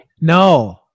No